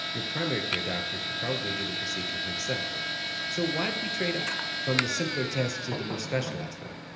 your primary care doctor could probably do the procedure himself so why'd we trade up? from the simpler test to the more specialized one?